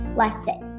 lesson